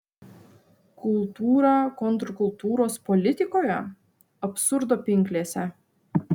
kultūra kontrkultūros politikoje absurdo pinklėse